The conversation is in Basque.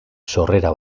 sorrera